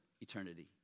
eternity